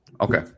Okay